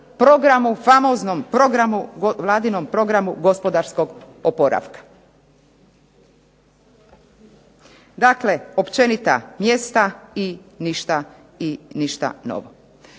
programu, Vladinom programu gospodarskog oporavka. Dakle, općenita mjesta i ništa novo.